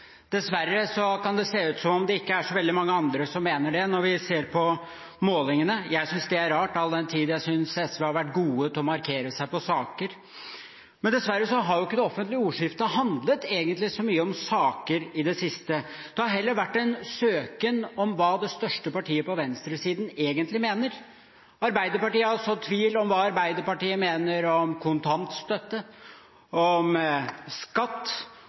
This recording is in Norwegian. Dessverre kan det se ut som det ikke er så veldig mange andre som mener det, når vi ser på målingene. Jeg synes det er rart, all den tid jeg synes SV har vært gode til å markere seg i saker. Dessverre har ikke det offentlige ordskiftet egentlig handlet så mye om saker i det siste. Det har heller vært en søken etter hva det største partiet på venstresiden egentlig mener. Arbeiderpartiet har sådd tvil om hva Arbeiderpartiet mener om kontantstøtte, om skatt